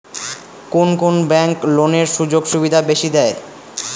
কুন কুন ব্যাংক লোনের সুযোগ সুবিধা বেশি দেয়?